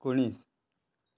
एकुणीस